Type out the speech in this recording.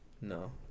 No